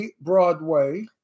Broadway